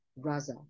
Raza